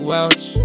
Welch